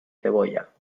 cebolla